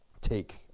take